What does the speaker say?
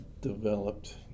developed